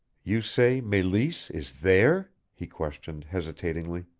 you say meleese is there? he questioned hesitatingly.